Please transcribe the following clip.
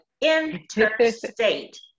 interstate